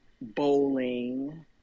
bowling